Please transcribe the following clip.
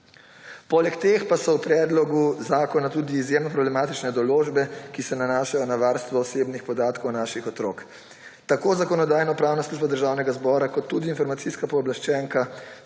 Poleg tega pa so v predlogu zakona tudi izjemno problematične določbe, ki se nanašajo na varstvo osebnih podatkov naših otrok. Tako Zakonodajno-pravna služba Državnega zbora kot tudi informacijska pooblaščenka